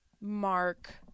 Mark